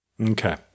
Okay